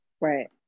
right